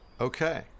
Okay